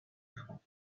خوام